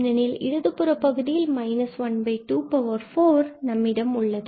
ஏனெனில் இடதுபுற பகுதியில் 124நம்மிடம் உள்ளது